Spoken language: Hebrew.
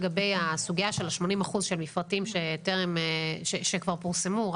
לגבי הסוגיה של ה-80% של מפרטים שכבר פורסמו.